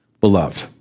beloved